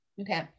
Okay